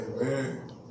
Amen